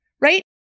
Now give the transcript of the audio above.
right